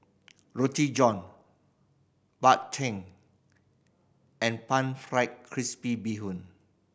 Roti John Bak Chang and Pan Fried Crispy Bee Hoon